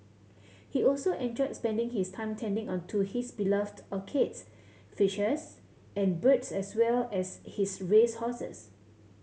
he also enjoyed spending his time tending on to his beloved orchids fishes and birds as well as his race horses